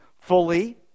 Fully